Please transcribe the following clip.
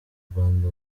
rwanda